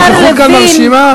הנוכחות כאן מרשימה,